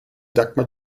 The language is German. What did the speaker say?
dagmar